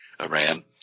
Iran